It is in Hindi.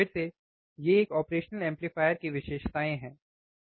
फिर से ये एक ऑपरेशनल एम्पलीफायर की विशेषताएँ हैं